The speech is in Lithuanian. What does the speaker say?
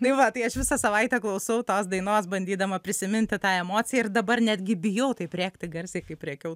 tai va tai aš visą savaitę klausau tos dainos bandydama prisiminti tą emociją ir dabar netgi bijau taip rėkti garsiai kaip rėkiau